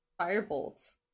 Firebolt